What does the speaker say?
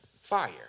Fire